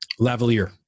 lavalier